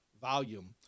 volume